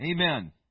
Amen